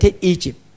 Egypt